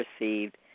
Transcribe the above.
received